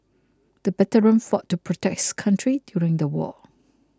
the veteran fought to protect his country during the war